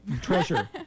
Treasure